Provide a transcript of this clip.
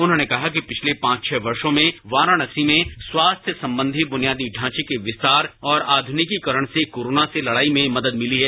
उन्होंने कहा कि पिछले पांच छह वर्षों में वाराणसी मेंस्वास्थ्य संबंधी बुनियादी ढांचे के विस्तार और आधुनिकीकरण से कोरोना से लड़ाईमें मदद मिली है